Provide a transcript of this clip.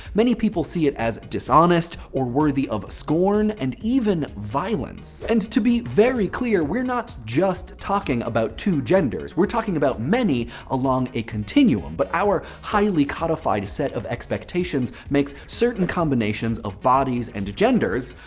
many people see it as dishonest or worthy of scorn and even violence. and to be very clear, we're not just talking about two genders. we're talking about many along a continuum. but our highly codified set of expectations makes certain combinations of bodies and genders,